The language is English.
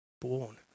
born